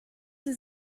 sie